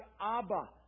Abba